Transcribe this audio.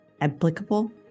applicable